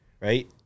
right